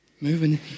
Moving